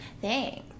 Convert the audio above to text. Thanks